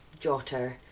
jotter